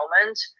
moment